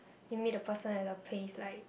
you meet the person at the place like